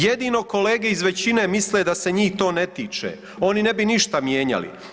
Jedino kolege iz većine misle da se njih to ne tiče, oni ne bi ništa mijenjali.